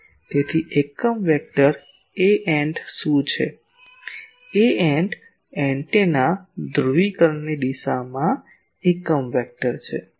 તેથી એકમ સદિશ aant શું છે aant એન્ટેના ધ્રુવીકરણની દિશામાં એકમ સદિશ છે